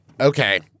Okay